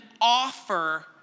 offer